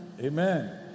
Amen